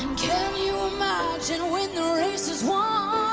can you imagine when the race is won?